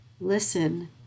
listen